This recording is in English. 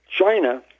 china